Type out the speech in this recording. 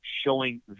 showing